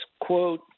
quote